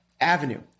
avenue